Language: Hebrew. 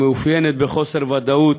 המאופיינת בחוסר ודאות,